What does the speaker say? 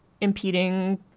impeding